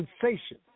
sensation